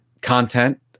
content